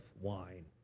wine